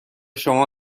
شما